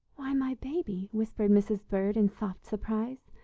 why, my baby, whispered mrs. bird in soft surprise,